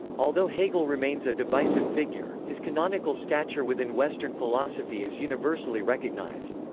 although hegel remains a divisive figure, his canonical stature within western philosophy is universally recognized.